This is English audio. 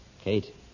Kate